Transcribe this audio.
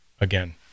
again